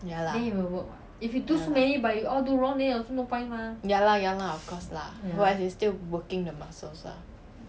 ya lah ya lah ya lah of course lah but it's still working the muscles ah